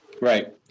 Right